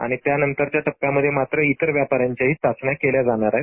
आणि त्यानंतरच्या टप्प्यात मात्र इतर व्यापाऱ्यांच्याही चाचण्या केल्या जाणार आहेत